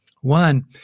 one